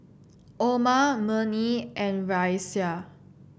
Omar Murni and Raisya